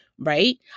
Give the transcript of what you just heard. Right